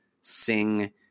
sing